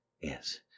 Yes